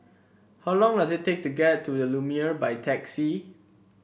how long does it take to get to the Lumiere by taxi